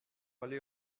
aller